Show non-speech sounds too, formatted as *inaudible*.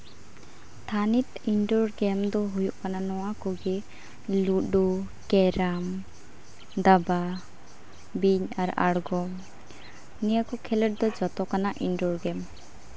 ᱛᱷᱟᱱᱤᱛ *unintelligible* ᱜᱮᱹᱢ ᱫᱚ ᱦᱩᱭᱩᱜ ᱠᱟᱱᱟ ᱱᱚᱣᱟ ᱠᱚᱜᱮ ᱞᱩᱰᱩ ᱠᱮᱨᱟᱢ ᱫᱟᱵᱟ ᱵᱤᱧ ᱟᱨ ᱟᱬᱜᱚᱢ ᱱᱤᱭᱟᱹ ᱠᱚ ᱠᱷᱮᱞᱳᱰ ᱫᱚ ᱡᱚᱛᱚ ᱠᱟᱱᱟ ᱤᱱᱨᱳᱨ ᱜᱮᱹᱢ